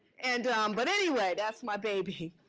and but anyway, that's my baby,